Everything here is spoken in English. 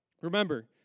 Remember